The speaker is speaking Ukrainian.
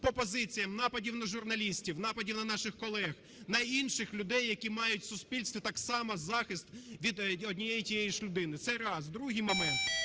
по позиціях нападів на журналістів, нападів на наших колег, на інших людей, які мають у суспільстві так само захист від однієї і тієї ж людини, це раз. Другий момент.